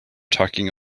talking